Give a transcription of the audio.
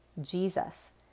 Jesus